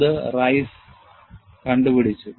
അത് റൈസ് ചെയ്തു